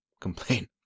complain